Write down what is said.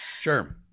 Sure